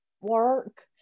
work